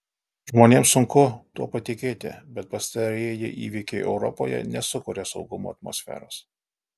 žmonėms sunku tuo patikėti bet pastarieji įvykiai europoje nesukuria saugumo atmosferos